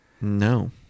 No